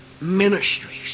ministries